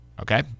Okay